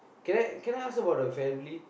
can I can I ask about the family